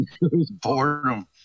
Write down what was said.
boredom